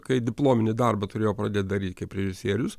kai diplominį darbą turėjo pradėt daryt kaip režisierius